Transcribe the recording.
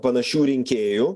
panašių rinkėjų